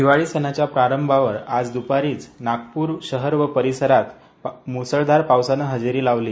दिवाळी सणाच्या प्रारंभावर आज द्पारी नागपूर शहर व परिसरात म्सळधार पावसानं हजेरी लावली